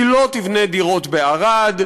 היא לא תבנה דירות בערד,